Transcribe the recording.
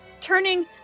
Turning